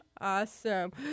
Awesome